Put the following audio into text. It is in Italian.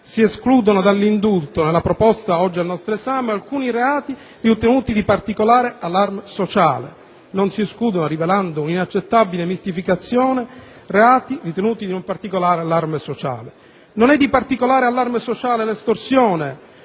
Si escludono dall'indulto, nella proposta oggi al nostro esame, alcuni reati ritenuti di particolare allarme sociale. Non si escludono (rivelando un'inaccettabile mistificazione) reati ritenuti di non particolare allarme sociale. Non è di particolare allarme sociale l'estorsione?